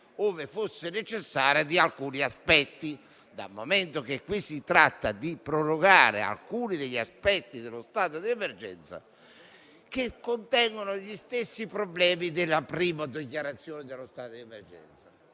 far fronte all'urgenza di alcuni aspetti, ove fosse necessario. Qui si tratta di prorogare alcuni aspetti dello stato di emergenza, che contengono gli stessi problemi della prima dichiarazione dello stato di emergenza.